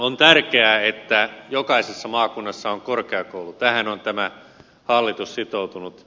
on tärkeää että jokaisessa maakunnassa on korkeakoulu tähän on tämä hallitus sitoutunut